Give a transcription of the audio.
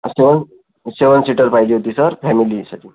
सेवन seven seater पाहिजे होती sir फॅमिलीसाठी